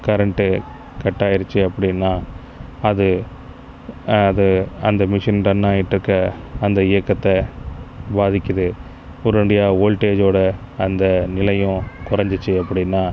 current கட்டாயிருச்சு அப்படினா அது அது அந்த மிஷின் ரன்னாகிட்டுருக்க அந்த இயக்கத்தை பாதிக்குது உடனடியாக ஓல்டேஜோட அந்த நிலையும் கொறைஞ்சிச்சு அப்படினா